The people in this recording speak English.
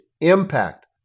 impact